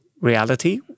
reality